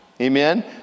Amen